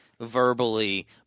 verbally